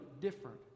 different